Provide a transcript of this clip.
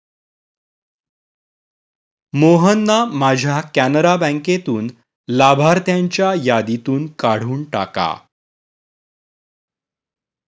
मोहनना माझ्या कॅनरा बँकेतून लाभार्थ्यांच्या यादीतून काढून टाका